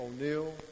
O'Neill